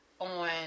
on